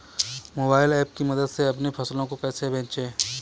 Mobile app की मदद से अपनी फसलों को कैसे बेचें?